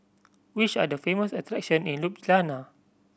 which are the famous attraction in Ljubljana